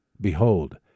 Behold